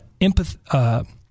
empathy